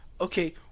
okay